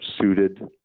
suited